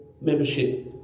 Membership